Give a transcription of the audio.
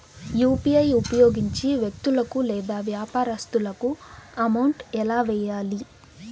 UPI ఉపయోగించి వ్యక్తులకు లేదా వ్యాపారస్తులకు అమౌంట్ ఎలా వెయ్యాలి